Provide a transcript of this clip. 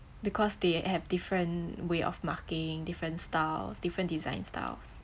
because they have different way of marking different styles different design styles